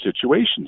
situations